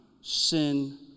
sin